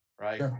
Right